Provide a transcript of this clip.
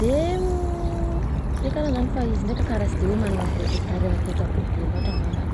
de « hesitation » de karan’zany fa izy ndreka karaha sy de hoe manana fire- fireketam-po be loatra angambany.